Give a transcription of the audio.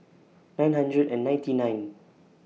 nine hundred and ninety nine